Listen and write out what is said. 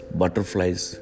butterflies